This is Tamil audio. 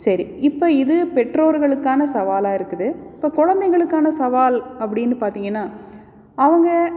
சரி இப்போ இது பெற்றோருக்களுக்கான சவாலாக இருக்குது இப்ப குழந்தைகளுக்கான சவால் அப்படின்னு பார்த்திங்கன்னா அவங்க